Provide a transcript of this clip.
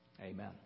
Amen